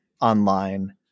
online